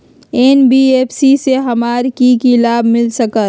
NBFC से हमार की की लाभ मिल सक?